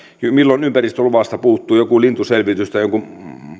milloin ympäristöluvasta puuttuu joku lintuselvitys tai